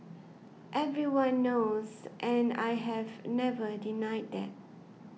everyone knows and I have never denied that